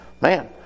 man